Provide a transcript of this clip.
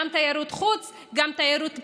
גם תיירות חוץ, גם תיירות פנים.